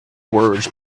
words